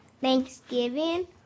Thanksgiving